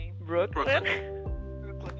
Brooklyn